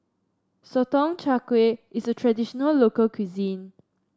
Sotong Char Kway is a traditional local cuisine